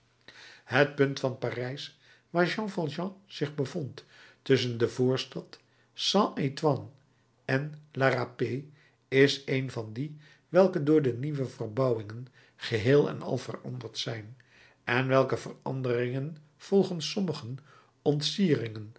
het punt van parijs waar jean valjean zich bevond tusschen de voorstad st antoine en la râpée is er een van die welke door de nieuwe verbouwingen geheel en al veranderd zijn en welke veranderingen volgens sommigen